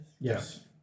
Yes